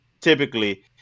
typically